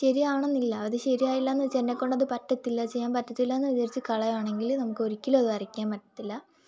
ശരിയാവണം എന്നില്ല അത് ശരിയായില്ല എന്നെക്കൊണ്ട് പറ്റത്തില്ല ചെയ്യാൻ പറ്റത്തില്ലാന്ന് വിചാരിച്ച് കളയുകയാണെങ്കില് നമുക്ക് ഒരിക്കലും അത് വരയ്ക്കാൻ പറ്റത്തില്ല